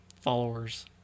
followers